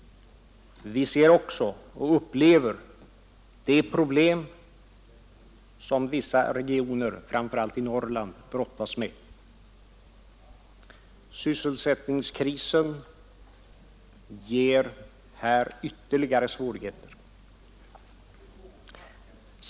Vi ser och upplever också de problem som vissa regioner, framför allt i Norrland, brottas med. Sysselsättningskrisen ger här ytterligare svårigheter.